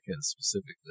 specifically